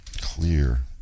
Clear